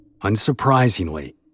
Unsurprisingly